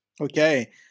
okay